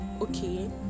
okay